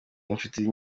inshuti